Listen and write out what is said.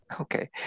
Okay